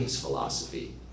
philosophy